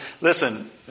listen